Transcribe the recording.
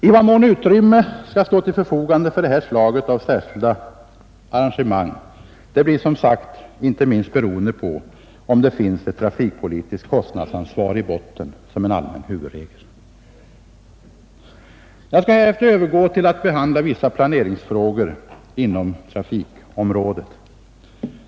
I vad mån utrymme kan stå till förfogande för det här slaget av särskilda arrangemang blir, som sagt, beroende inte minst på om det finns ett trafikpolitiskt kostnadsansvar i botten som en allmän huvudregel. Jag skall härefter övergå till att behandla vissa planeringsfrågor inom trafikområdet.